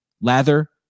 Lather